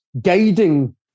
guiding